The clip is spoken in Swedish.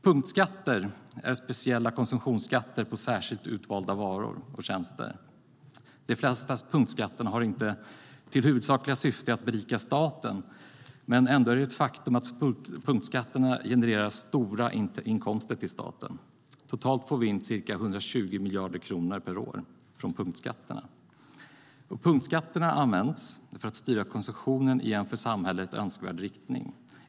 Punktskatter är speciella konsumtionsskatter på särskilt utvalda varor och tjänster. De flesta punktskatter har inte till huvudsakligt syfte att berika staten. Ändå är det ett faktum att punktskatterna genererar stora inkomster till staten. Staten får in totalt ca 120 miljarder kronor per år från punktskatterna. Punktskatterna används för att styra konsumtionen i en för samhället önskvärd riktning.